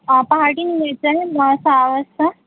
हा पहाटे निघायचं आहे मला सहा वाजता